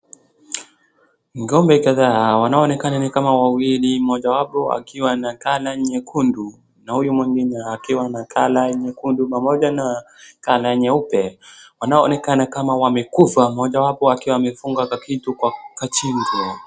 Ng'ombe kadhaa wanaonekana ni kama wawili mmoja wapo akiwa na color nyekundu na huyu mwingine akiwa na color nyekundu pamoja na color nyeupe . Wanaonekana kama wamekufa mmoja wapo akiwa amefunga kakitu kwa shingo.